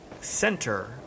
center